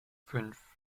fünf